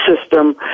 system